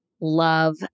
love